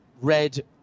red